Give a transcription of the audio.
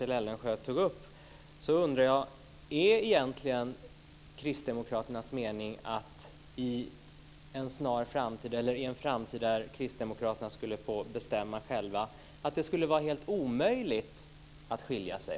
Jag undrar om det egentligen är Kristdemokraternas mening att det, i en framtid där Kristdemokraterna skulle få bestämma själva, skulle vara helt omöjligt att skilja sig.